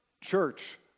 church